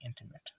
intimate